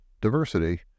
diversity